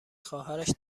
خواهرش